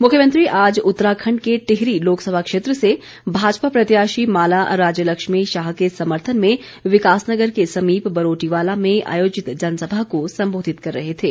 मुख्यमंत्री आज उत्तराखण्ड के टिहरी लोकसभा क्षेत्र से भाजपा प्रत्याशी माला राज्यलक्ष्मी शाह के समर्थन में विकासनगर के समीप बरोटीवाला में आयोजित जनसभा को संबोधित कर रहे थे